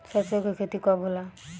सरसों के खेती कब कब होला?